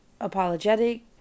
apologetic